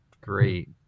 great